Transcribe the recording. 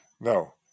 no